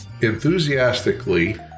enthusiastically